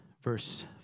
verse